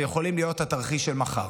ויכולים להיות התרחיש של מחר?